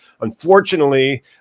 Unfortunately